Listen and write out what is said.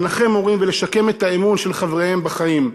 לנחם הורים ולשקם את האמון של חבריהם בחיים.